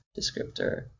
descriptor